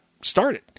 started